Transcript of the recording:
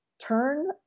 turn